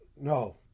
No